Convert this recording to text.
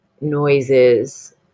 noises